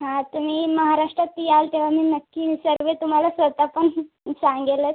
हा तुम्ही महाराष्ट्रात याल तेव्हा मी नक्की सर्व तुम्हाला स्वतः पण सांगेलच